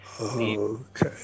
Okay